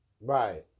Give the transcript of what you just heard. right